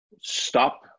stop